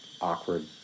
awkward